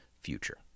future